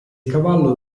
cavallo